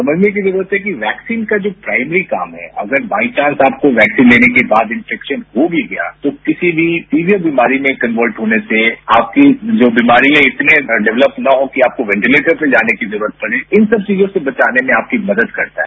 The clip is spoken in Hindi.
समझने की जरूरत है कि वैक्सीन का जो प्राइमरी काम है अगर बाइचांस आपको वैक्सीन लेने के बाद इनेफेक्शन हो भी गया तो किसी भी सीवियर बीमारी में कन्वर्ट होने से आपके जो बीमारियां इतने डेवलप न हो कि आपको वेंटिलेटर पर जाने की जरूरत पड़े इन सब चीजों से बचाने में आपकी मदद करता है